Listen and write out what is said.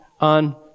on